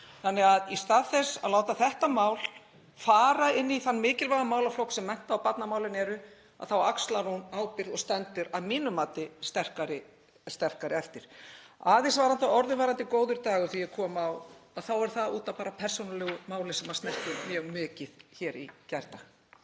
Þannig að í stað þess að láta þetta mál fara inn í þann mikilvæga málaflokk sem mennta- og barnamálin eru þá axlar hún ábyrgð og stendur að mínu mati sterkari eftir. Aðeins varðandi orðalagið góður dagur, þegar ég kom út, þá er það út af persónulegu máli sem snerti mig mjög mikið hér í gærdag.